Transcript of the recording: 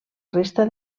resta